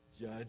Judge